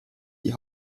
die